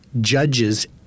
judges